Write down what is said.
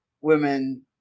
women